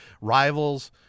Rivals